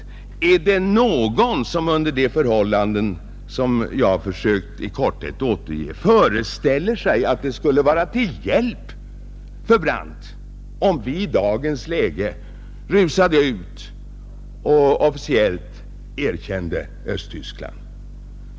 Är det någon som under de förhållanden jag försökt i korthet återge föreställer sig att det skulle vara till hjälp för Brandt, om vi i dagens läge rusade ut och officiellt erkände Östtyskland?